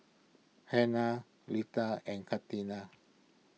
Hernan Leta and Katina